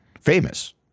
Famous